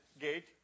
gate